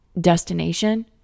destination